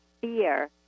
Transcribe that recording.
fear